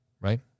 Right